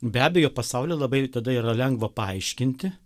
be abejo pasaulį labai tada yra lengva paaiškinti